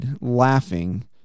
Laughing